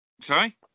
sorry